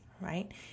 right